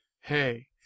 Hey